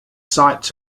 sites